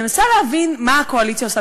מנסה להבין מה הקואליציה עושה.